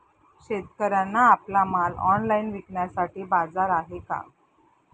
शेतकऱ्यांना आपला माल ऑनलाइन विकण्यासाठी बाजार आहे का?